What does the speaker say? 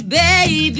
baby